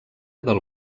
del